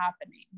happening